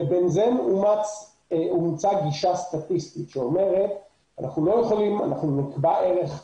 ב-בנזן אומצה גישה סטטיסטית שאומרת שנקבע ערך מחמיר,